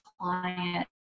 client